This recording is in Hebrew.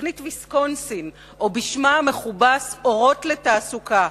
תוכנית ויסקונסין, או בשמה המכובס "אורות לתעסוקה"